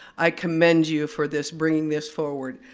i commend you for this, bringing this forward.